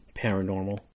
paranormal